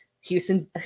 Houston